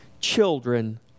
children